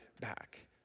back